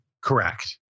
Correct